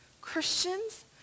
Christians